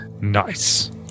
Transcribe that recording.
Nice